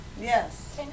Yes